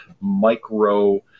micro